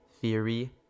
theory